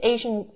Asian